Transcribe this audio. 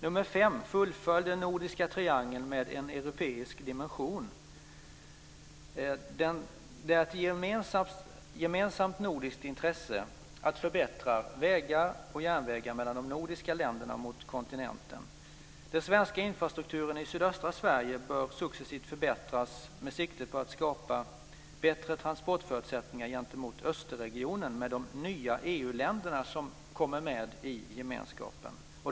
För det femte: Fullfölj den nordiska triangeln med en europeisk dimension. Det är ett gemensamt nordiskt intresse att förbättra vägar och järnvägar mellan de nordiska länderna mot kontinenten. Den svenska infrastrukturen i sydöstra Sverige bör successivt förbättras med sikte på att skapa bättre transportförutsättningar gentemot Östersjöregionen med de nya EU-länderna som kommer med i gemenskapen.